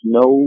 no